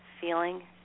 feeling